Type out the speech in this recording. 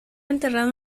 enterrado